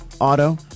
Auto